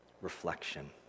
reflection